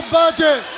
budget